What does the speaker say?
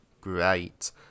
great